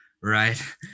Right